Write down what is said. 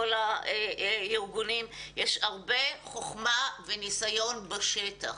הארגונים ואכן יש הרבה חכמה וניסיון בשטח.